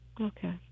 Okay